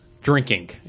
drinking